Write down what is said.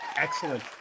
Excellent